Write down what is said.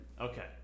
Okay